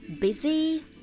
Busy